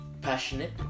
Passionate